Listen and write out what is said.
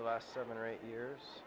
the last seven or eight years